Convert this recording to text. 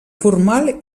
formal